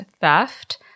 theft